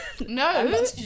No